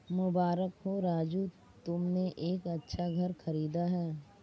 मुबारक हो राजू तुमने एक अच्छा घर खरीदा है